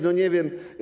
No nie wiem.